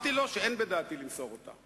שוודאי צופה בי עכשיו.